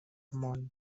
món